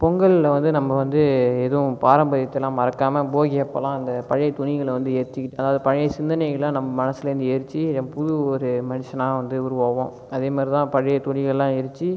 பொங்கலில் வந்து நம்ப வந்து எதுவும் பாரம்பரியத்தை எல்லாம் மறக்காமல் போகியப்போல்லா அந்த பழைய துணிகளை வந்து எரிச்சுக்கிட்டு அதாவது பழைய சிந்தனைகளைல்லாம் நம்ப மனசிலேருந்து எரிச்சு புது ஒரு மனுஷனாக வந்து உருவாகுவோம் அதே மாதிரிதான் பழைய துணிகளெலாம் எரிச்சு